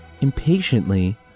impatiently